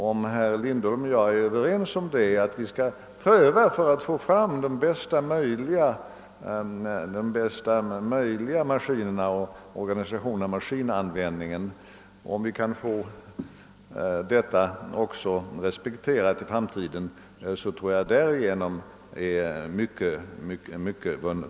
Om herr Lindholm och jag är överens om en sådan prövning för att få fram de lämpligaste maskinerna och den bästa möjliga organisationen av maskinanvändningen och om detta kommer att respekteras även i framtiden, tror jag att mycket är vunnet.